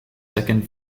second